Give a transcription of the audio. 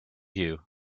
you